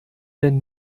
denn